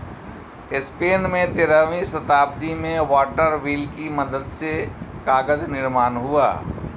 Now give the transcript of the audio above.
Spain में तेरहवीं शताब्दी में वाटर व्हील की मदद से कागज निर्माण हुआ